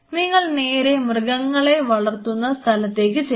നിങ്ങൾ നേരെ മൃഗങ്ങളെ വളർത്തുന്ന സ്ഥലത്തേക്ക് ചെല്ലുക